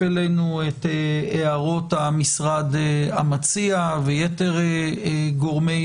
נשמע את הערות המשרד המציע ויתר גורמי